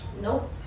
Nope